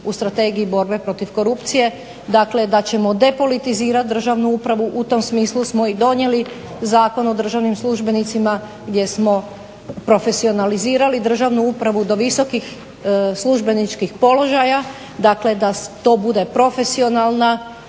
u Strategiji borbe protiv korupcije. Dakle, da ćemo depolitizirati državnu upravu. U tom smislu smo i donijeli Zakon o državnim službenicima gdje smo profesionalizirali državnu upravu do visokih službeničkih položaja. Dakle, da to bude profesionalna